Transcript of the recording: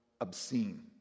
obscene